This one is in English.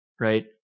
right